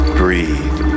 breathe